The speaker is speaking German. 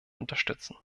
unterstützen